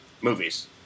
movies